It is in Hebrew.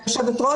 גבירתי היו"ר,